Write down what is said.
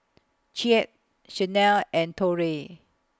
Chet Shanell and Torey